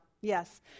yes